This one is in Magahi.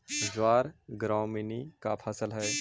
ज्वार ग्रैमीनी का फसल हई